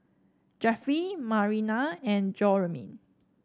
Jeffie Marian and Jerome